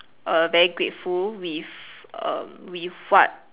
err very grateful with err with what